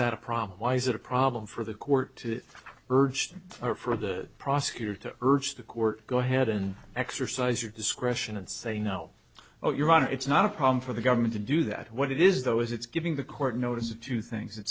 that a problem why is it a problem for the court to urge them or for the prosecutor to urge the court go ahead and exercise your discretion and say no oh you're right it's not a problem for the government to do that what it is though is it's giving the court notice of two things